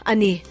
Ani